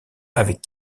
avec